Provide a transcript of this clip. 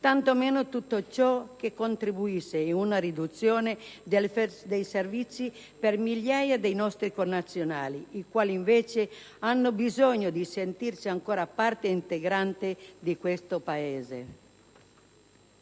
Tanto meno tutto ciò può tradursi in una riduzione dei servizi per migliaia di nostri connazionali, i quali invece hanno bisogno di sentirsi ancora parte integrante di questo nostro